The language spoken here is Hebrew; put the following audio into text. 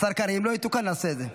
השר קרעי, אם לא יתוקן נעשה את זה.